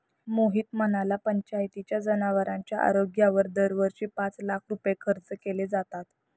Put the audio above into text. मोहित म्हणाला, पंचायतीत जनावरांच्या आरोग्यावर दरवर्षी पाच लाख रुपये खर्च केले जातात